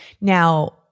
Now